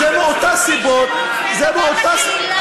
זה מאותן סיבות, מי שלא עובד, לקהילה.